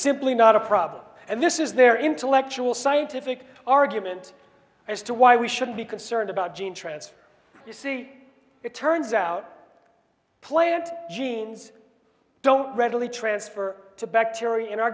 simply not a problem and this is their intellectual scientific argument as to why we should be concerned about gene transfer you see it turns out plant genes don't readily transfer to bacteria in our